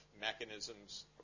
mechanisms